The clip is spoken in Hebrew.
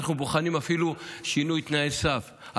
אנחנו בוחנים אפילו שינוי תנאי סף,